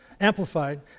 amplified